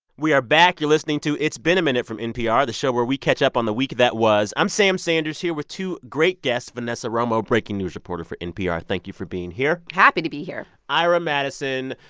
we are back. you're listening to it's been a minute from npr, the show where we catch up on the week that was. i'm sam sanders here with two great guests vanessa romo, breaking news reporter for npr. thank you for being here happy to be here ira madison,